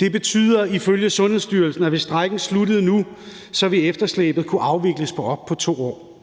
Det betyder ifølge Sundhedsstyrelsen, at hvis strejken sluttede nu, ville efterslæbet kunne afvikles på op mod 2 år.